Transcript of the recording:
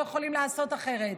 לא יכולה לעשות אחרת.